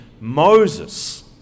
Moses